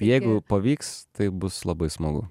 jeigu pavyks tai bus labai smagu